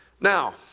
Now